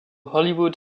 hollywood